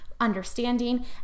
understanding